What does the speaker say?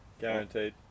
Guaranteed